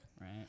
Right